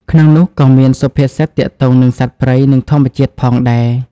ក្នុងនោះក៏មាន សុភាសិតទាក់ទងនឹងសត្វព្រៃនិងធម្មជាតិផងដែរ។